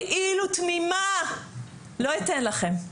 כאילו תמימה לא אתן לכם,